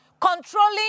controlling